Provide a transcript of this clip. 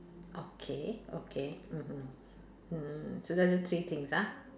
okay okay mmhmm mm so that's the three things ah